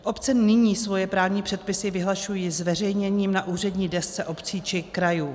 Obce nyní svoje právní předpisy vyhlašují zveřejněním na úřední desce obcí či krajů.